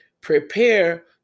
prepare